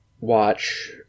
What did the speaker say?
watch